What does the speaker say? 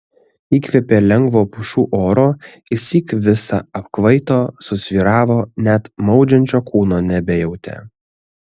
įkvėpė lengvo pušų oro išsyk visa apkvaito susvyravo net maudžiančio kūno nebejautė